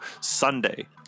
Sunday